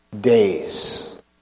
days